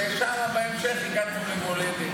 ושם בהמשך הגעתם למולדת,